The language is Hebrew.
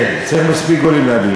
כן, מספיק גולים להביא.